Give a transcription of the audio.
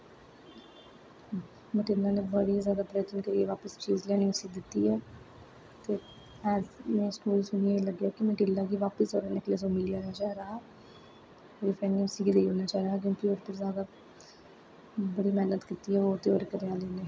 ने बडे़ जादा प्रयत्न करियै बापिस लेई आनी चीज उसी दिती ऐ ते मिगी एह लग्गेया कि मडिलडा कि बापस ओह् नेकलेस मिली जाना चाहिदा हा ओह्दी फ्रेंड ने उसी गै देई ओड़ना चाहिदा हा क्योंकि ओह्दे उप्पर जादा बड़ी मैह्नत कीती ऐ होर ते होर